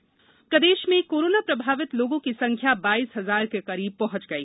प्रदेश corona प्रदेश में corona प्रभावित लोगों की संख्या बाईस हजार के करीब पहुंच गई